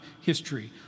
history